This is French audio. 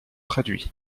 traduits